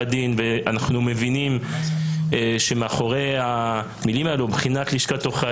הדין ואנחנו מבינים שמאחורי המילים "בחינת לשכת עורכי